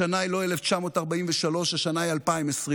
השנה היא לא 1943, השנה היא 2023,